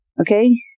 Okay